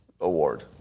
award